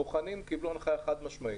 הבוחנים קיבלו הנחיה חד-משמעית,